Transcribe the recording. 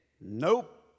nope